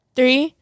Three